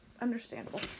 Understandable